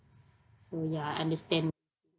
so ya I understand